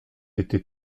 été